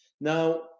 Now